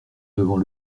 devant